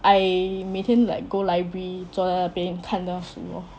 I 每天 like go library 坐在那边看那个书 lor